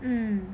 mmhmm